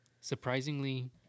surprisingly